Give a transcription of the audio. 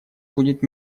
будет